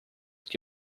que